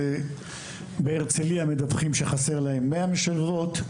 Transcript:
בהרצליה מדווחים שחסרות להם 100 משלבות,